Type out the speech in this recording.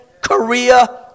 Korea